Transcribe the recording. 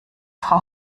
frau